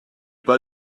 pas